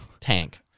Tank